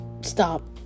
Stop